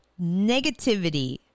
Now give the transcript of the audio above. negativity